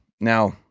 Now